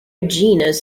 genus